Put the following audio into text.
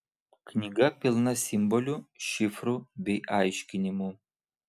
knyga pilna simbolių šifrų bei aiškinimų